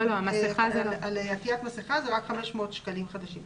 הקנס על אי-עטיית מסכה הוא רק 500 שקלים חדשים.